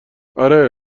آره